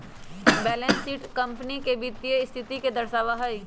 balance sheet company के वित्तीय स्थिति के दर्शावा हई